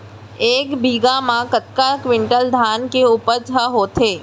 एक बीघा म कतका क्विंटल धान के उपज ह होथे?